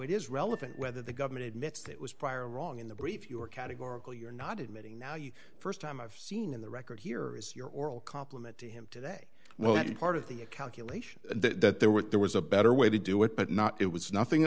it is relevant whether the government admits it was prior wrong in the brief your categorically or not admitting now you st time i've seen in the record here is your oral compliment to him today well that is part of the a calculation that there were there was a better way to do it but not it was nothing